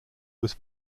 was